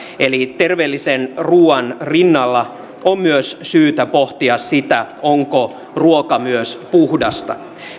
eli terveellisen ruuan rinnalla on myös syytä pohtia sitä onko ruoka myös puhdasta